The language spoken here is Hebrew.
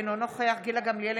אינו נוכח גילה גמליאל,